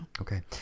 Okay